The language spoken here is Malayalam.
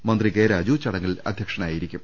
മന്ത്രി കെ രാജു ചടങ്ങിൽ അധ്യക്ഷനായിരിക്കും